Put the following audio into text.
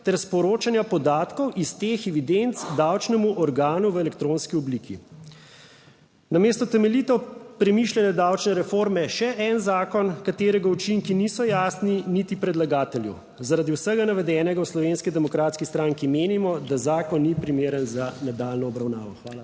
ter sporočanja podatkov iz teh evidenc davčnemu organu v elektronski obliki. Namesto temeljito premišljene davčne reforme, še en zakon, katerega učinki niso jasni niti predlagatelju. Zaradi vsega navedenega v Slovenski demokratski stranki menimo, da zakon ni primeren za nadaljnjo obravnavo. Hvala.